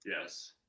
yes